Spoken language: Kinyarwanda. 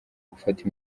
gufata